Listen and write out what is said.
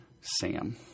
Sam